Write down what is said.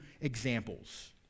examples